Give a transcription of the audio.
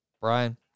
Brian